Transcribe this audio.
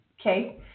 Okay